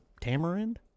tamarind